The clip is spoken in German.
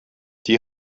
die